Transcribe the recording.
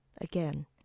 again